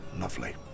Lovely